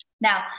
Now